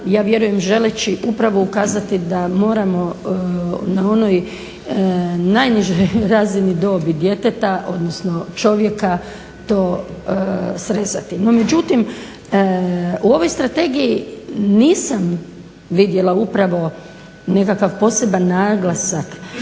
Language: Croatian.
vjerujem upravo ukazati da moramo na onoj najnižoj razini dobi djeteta, odnosno čovjeka, to srezati. No, međutim, u ovoj strategiji nisam vidjela upravo nekakav poseban naglasak